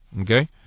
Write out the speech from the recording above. Okay